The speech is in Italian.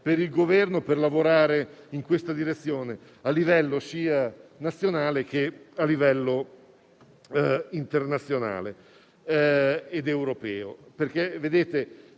per il Governo a lavorare in questa direzione, sia a livello nazionale, sia a livello internazionale ed europeo.